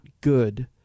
good